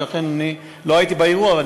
אני לא הייתי באירוע.